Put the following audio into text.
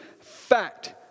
fact